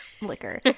liquor